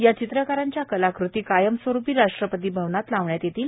या चित्रकारांच्या कलाकृती कायमस्वरूपी राष्ट्रपतीभवनात लावण्यात येणार आहेत